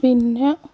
പിന്നെ